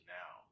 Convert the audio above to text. now